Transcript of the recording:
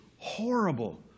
Horrible